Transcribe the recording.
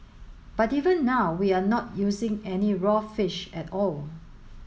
but even now we are not using any raw fish at all